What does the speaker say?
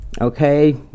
okay